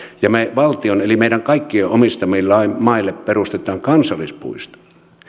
ja me valtion eli meidän kaikkien omistamille maille perustamme kansallispuiston